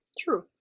True